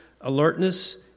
alertness